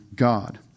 God